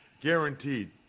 guaranteed